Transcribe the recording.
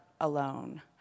alone